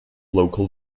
local